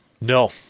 no